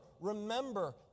remember